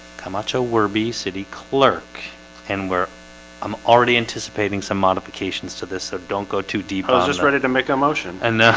camacho where be city clerk and where i'm already anticipating some modifications to this, so don't go to depot just ready to make a motion and now